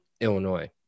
Illinois